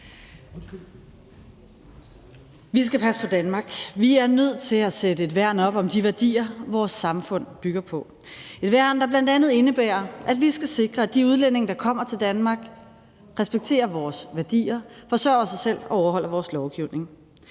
Vi skal passe på Danmark. Vi er nødt til at sætte et værn op om de værdier, vores samfund bygger på; et værn, der bl.a. indebærer, at vi skal sikre, at de udlændinge, der kommer til Danmark, respekterer vores værdier, forsørger sig selv og overholder vores lovgivning.